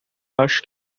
acho